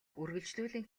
үргэлжлүүлэн